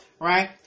right